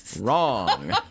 Wrong